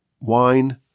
wine